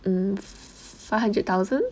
mm five hundred thousand